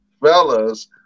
Fellas